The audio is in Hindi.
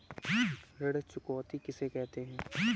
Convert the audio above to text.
ऋण चुकौती किसे कहते हैं?